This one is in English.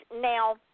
Now